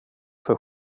för